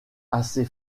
assez